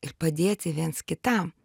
ir padėti viens kitam